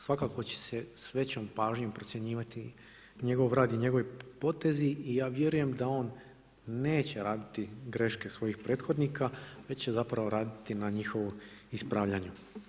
Svakako će se s većom pažnjom procjenjivati njegov rad i njegovi potezi i ja vjerujem da on neće raditi greške svojih prethodnika već će zapravo raditi na njihovom ispravljanju.